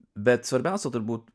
bet svarbiausia turbūt